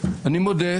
אני מודה,